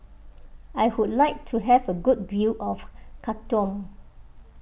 I would like to have a good view of Khartoum